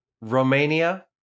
Romania